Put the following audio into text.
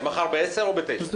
אז מחר ב-10:00 או ב-9:00?